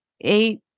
eight